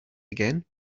again